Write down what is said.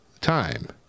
time